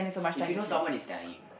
if you know someone is dying